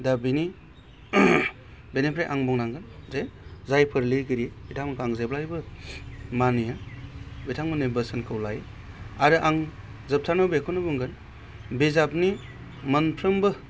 दा बेनि बेनिफ्राय आं बुंनांगोन जे जायफोर लिरगिरि बिथांमोनखौ आं जेब्लायबो मानियो बिथांमोननि बोसोनखौ लायो आरो आं जोबथारनायाव बेखौनो बुंगोन बिजाबनि मोनफ्रोमबो